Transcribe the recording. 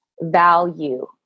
value